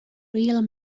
real